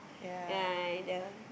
yeah the